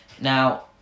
Now